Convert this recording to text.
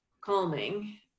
calming